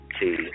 see